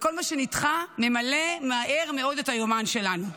וכל מה שנדחה ממלא מהר מאוד את היומן שלנו.